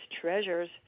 treasures